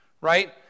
right